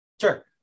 Sure